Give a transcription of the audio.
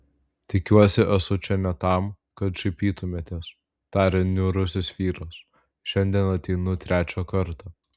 tikiuosi esu čia ne tam kad šaipytumėtės tarė niūrusis vyras šiandien ateinu trečią kartą